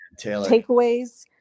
Takeaways